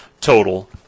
total